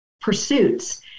pursuits